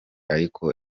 ariko